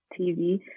tv